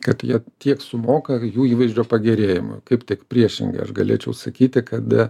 kad jie tiek sumoka jų įvaizdžio pagerėjimui kaip tik priešingai aš galėčiau sakyti kad